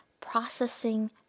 processing